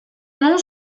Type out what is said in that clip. non